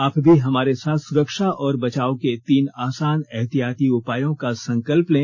आप भी हमारे साथ सुरक्षा और बचाव के तीन आसान एहतियाती उपायों का संकल्प लें